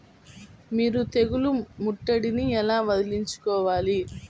మీరు తెగులు ముట్టడిని ఎలా వదిలించుకోవాలి?